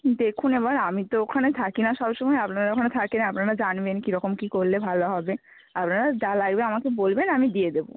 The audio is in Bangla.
দেখুন এবার আমি তো ওখানে থাকি না সব সময় আপনারা ওখানে থাকেন আপনারা জানবেন কীরকম কী করলে ভালো হবে আপনারা যা লাগবে আমাকে বলবেন আমি দিয়ে দেব